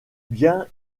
bien